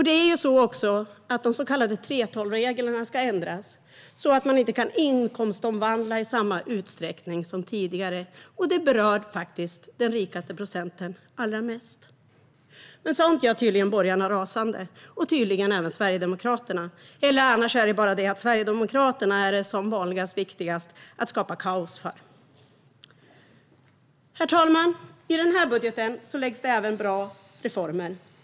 De så kallade 3:12-reglerna ska ändras, så att man inte kan inkomstomvandla i samma utsträckning som tidigare, och det berör den rikaste procenten allra mest. Men sådant gör tydligen borgarna rasande, och även Sverigedemokraterna. Annars handlar det kanske bara om att det viktigaste för Sverigedemokraterna som vanligt är att skapa kaos. Herr talman! I den här budgeten föreslås även bra reformer.